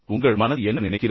உங்கள் மனது என்ன நினைக்கிறது